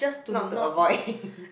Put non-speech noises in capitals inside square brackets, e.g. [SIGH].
not to avoid [LAUGHS]